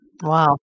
Wow